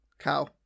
cow